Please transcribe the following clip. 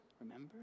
remember